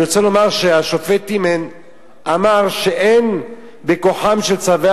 אני רוצה לומר שהשופט טימן אמר שאין בכוחם של צווי